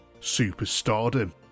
superstardom